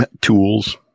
tools